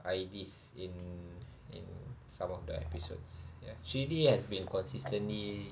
I_Ds in in some of the episodes ya three D has been consistently